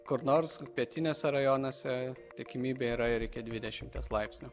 kur nors pietiniuose rajonuose tikimybė yra ir iki dvidešimties laipsnių